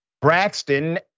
Braxton